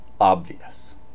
obvious